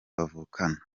bavukana